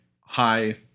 high